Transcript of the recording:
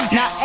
Now